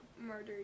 murder